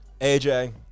AJ